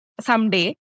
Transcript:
someday